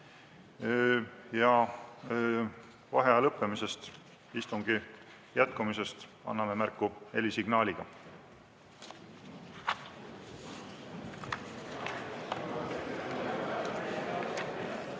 Ja vaheaja lõppemisest, istungi jätkumisest anname märku helisignaaliga.V